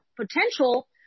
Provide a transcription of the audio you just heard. potential